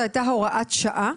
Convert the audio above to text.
זו הייתה הוראת שעה,